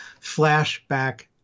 Flashback